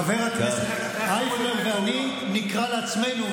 חבר הכנסת אייכלר ואני נקרא לעצמנו,